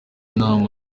inama